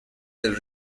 del